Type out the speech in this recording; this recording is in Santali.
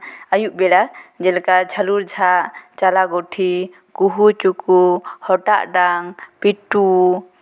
ᱟᱭᱩᱵ ᱵᱮᱲᱟ ᱡᱮᱞᱮᱠᱟ ᱡᱷᱟ ᱞᱩᱨ ᱡᱷᱟᱜ ᱪᱟᱞᱟ ᱜᱩᱴᱷᱤ ᱠᱩᱦᱩᱼᱪᱩᱠᱩ ᱦᱚᱴᱟᱜ ᱰᱟᱝ ᱯᱤᱴᱩ